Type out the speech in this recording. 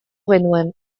genuen